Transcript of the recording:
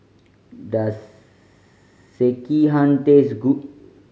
does Sekihan taste good